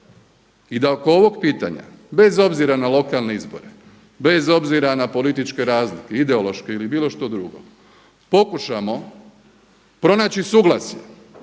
i da oko ovog pitanja, bez obzira na lokalne izbore, bez obzira na političke razlike, ideološke ili bilo što drugo pokušamo pronaći suglasje